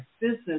business